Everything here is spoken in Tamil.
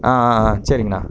ஆ ஆ ஆ சரிங்கண்ணா